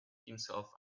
himself